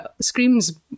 Scream's